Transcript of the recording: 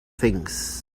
things